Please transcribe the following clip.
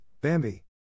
Bambi